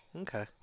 okay